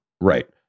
Right